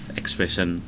expression